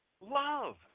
love